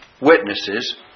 witnesses